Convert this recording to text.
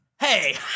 Hey